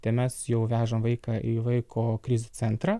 tai mes jau vežam vaiką į vaiko krizių centrą